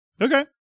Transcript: Okay